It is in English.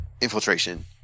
infiltration